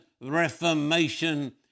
Reformation